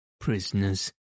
prisoners